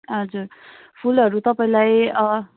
हजुर फुलहरू तपाईँलाई